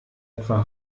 etwa